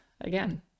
again